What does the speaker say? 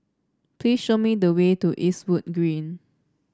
please show me the way to Eastwood Green